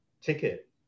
ticket